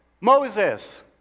Moses